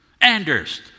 Anders